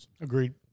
Agreed